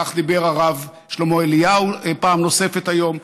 כך דיבר הרב שלמה אליהו פעם נוספת היום,